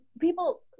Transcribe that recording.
people